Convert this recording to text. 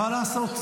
מה לעשות.